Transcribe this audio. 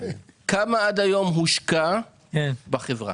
כמה עד היום הושקע בחברה?